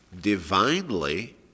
divinely